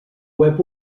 web